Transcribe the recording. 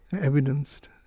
evidenced